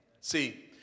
See